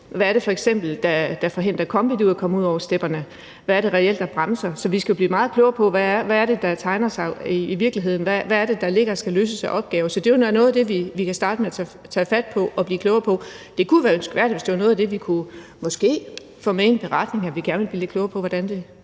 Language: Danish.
f.eks. er, der forhindrer KOMBIT i at komme ud over stepperne. Hvad er det reelt, der bremser dem? Så vi skal blive meget klogere på, hvilket billede der tegner sig i virkeligheden, og hvad der ligger af opgaver, som skal løses. Så det er da noget af det, vi kan starte med at tage fat på og blive klogere på. Det kunne jo være ønskværdigt, hvis det var noget af det, vi måske kunne få med i en beretning, altså at vi gerne vil blive lidt klogere på, hvordan det